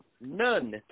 None